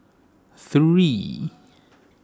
three